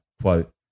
Quote